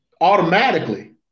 automatically